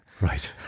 Right